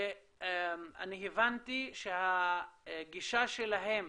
אני הבנתי שהגישה שלהם